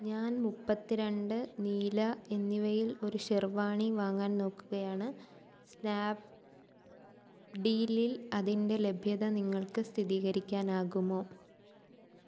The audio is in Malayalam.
ഞാൻ മുപ്പത്തി രണ്ട് നീല എന്നിവയിൽ ഒരു ഷെർവാണി വാങ്ങാൻ നോക്കുകയാണ് സ്നാപ് ഡീലിൽ അതിൻ്റെ ലഭ്യത നിങ്ങൾക്ക് സ്ഥിരീകരിക്കാനാകുമോ